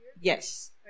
Yes